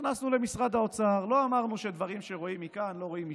נכנסנו למשרד האוצר ולא אמרנו שדברים שרואים מכאן לא רואים משם.